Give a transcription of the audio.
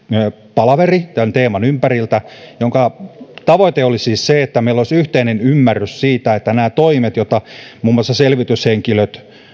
palaveri tämän teeman ympärillä ja sen tavoite oli siis se että meillä olisi yhteinen ymmärrys siitä että nämä toimet jotka muun muassa selvityshenkilöt